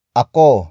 ako